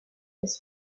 has